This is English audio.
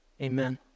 amen